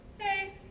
hey